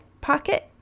pocket